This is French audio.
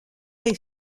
est